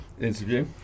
Interview